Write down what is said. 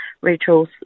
Rachel's